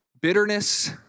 bitterness